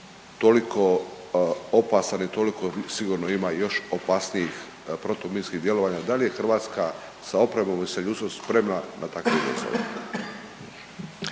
toliko opasan i toliko sigurno ima i još opasnijih protuminskih djelovanja, dal je Hrvatska sa opremom i sa ljudstvom spremna na takve izazove?